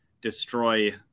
destroy